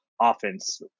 offense